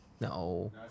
No